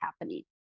happening